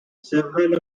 several